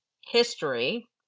history